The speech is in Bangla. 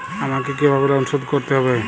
আমাকে কিভাবে লোন শোধ করতে হবে?